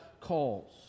calls